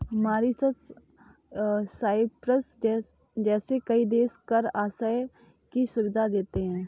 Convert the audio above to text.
Mauritius, Cyprus जैसे कई देश कर आश्रय की सुविधा देते हैं